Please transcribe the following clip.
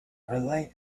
relate